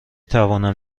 توانم